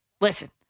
Listen